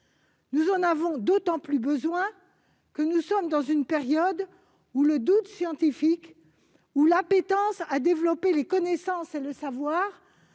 Nous en avons d'autant plus besoin que, dans la période actuelle, le doute scientifique et l'appétence à développer les connaissances et le savoir